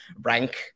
rank